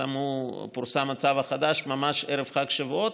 ופורסם הצו החדש ממש ערב חג השבועות.